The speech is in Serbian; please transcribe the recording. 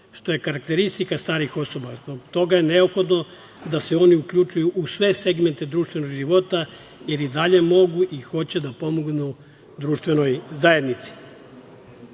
što je karakteristika starijih osoba. Zbog toga je neophodno da se oni uključuju u sve segmente društvenog života jer i dalje mogu i hoće da pomognu društvenoj zajednici.U